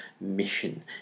mission